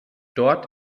dort